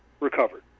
recovered